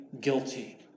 guilty